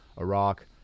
Iraq